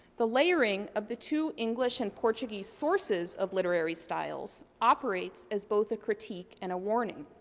the layering of the two english and portuguese sources of literary styles operates as both a critique and a warning.